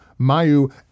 Mayu